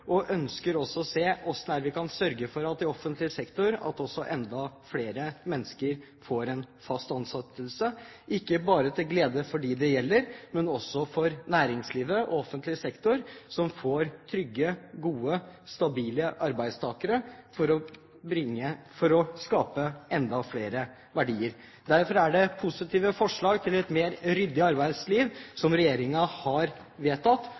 og ønsker å se hvordan vi kan sørge for at flere mennesker også der får fast ansettelse – ikke bare til glede for dem det gjelder, men også for næringslivet og offentlig sektor, som får trygge, gode, stabile arbeidstakere for å skape enda flere verdier. Derfor har regjeringen vedtatt positive forslag til et mer ryddig arbeidsliv,